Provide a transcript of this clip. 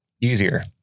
easier